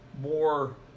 more